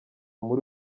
muri